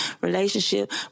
relationship